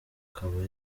akaba